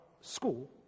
school